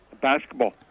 basketball